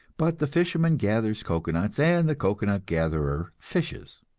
but the fisherman gathers cocoanuts and the cocoanut-gatherer fishes.